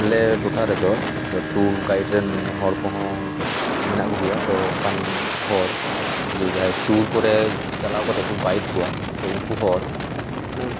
ᱟᱞᱮ ᱴᱚᱴᱷᱟ ᱨᱮᱫᱚ ᱴᱩᱨ ᱜᱟᱹᱭᱤᱰ ᱨᱮᱱ ᱦᱚᱲ ᱠᱚᱦᱚᱸ ᱢᱮᱱᱟᱜ ᱠᱚᱜᱮᱭᱟ ᱛᱚ ᱚᱱᱠᱟᱱ ᱦᱚᱲ ᱡᱮ ᱡᱟᱦᱟᱸᱭ ᱴᱩᱨ ᱠᱚᱨᱮ ᱪᱟᱞᱟᱣ ᱠᱟᱛᱮ ᱠᱚ ᱜᱟᱹᱭᱤᱰ ᱠᱚᱣᱟ ᱛᱚ ᱩᱱᱠᱩ ᱦᱚᱲ ᱚᱱᱮ